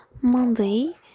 Monday